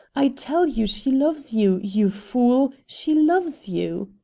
i tell you she loves you, you fool, she loves you!